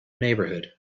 neighborhood